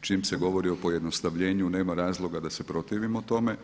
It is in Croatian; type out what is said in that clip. čim se govori o pojednostavljenju nema razloga da se protivimo tome.